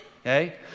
okay